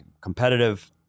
competitive